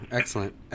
excellent